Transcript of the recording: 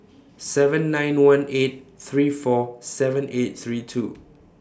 seven nine one eight three four seven eight three two